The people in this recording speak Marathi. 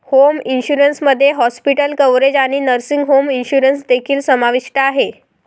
होम इन्शुरन्स मध्ये हॉस्पिटल कव्हरेज आणि नर्सिंग होम इन्शुरन्स देखील समाविष्ट आहे